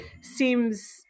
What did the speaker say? seems